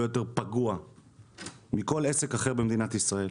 יותר פגוע מכל עסק אחר במדינת ישראל.